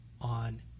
on